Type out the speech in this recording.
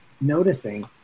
noticing